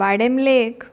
वाडें लेक